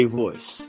voice